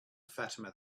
fatima